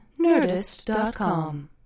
nerdist.com